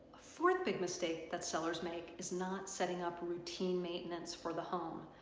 ah fourth big mistake that sellers make is not setting up a routine maintenance for the home.